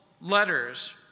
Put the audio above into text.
letters